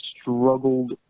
struggled